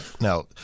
Now